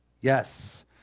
Yes